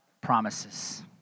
promises